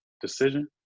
decision